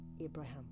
Abraham